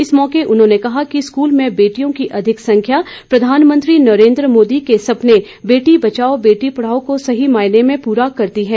इस मौके उन्होंने कहा कि स्कूल में बेटियों की अधिक संख्या प्रधानमंत्री नरेन्द्र मोदी के सपने बेटी बचाओ बेटी पढ़ाओ को सही मायने में पूरा करती है